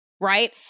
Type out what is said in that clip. Right